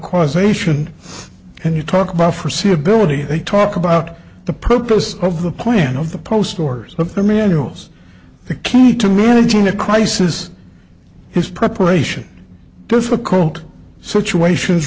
causation and you talk about forsee ability they talk about the purpose of the point of the post or of their manuals the key to religion a crisis his preparation difficult situations